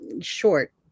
short